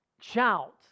shout